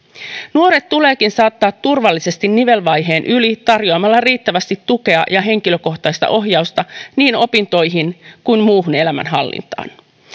nuoret tuleekin saattaa turvallisesti nivelvaiheen yli tarjoamalla riittävästi tukea ja henkilökohtaista ohjausta niin opintoihin kuin muuhun elämänhallintaan